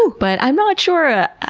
but i'm not sure,